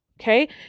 okay